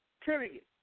period